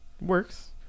works